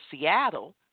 Seattle